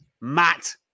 Matt